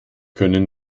können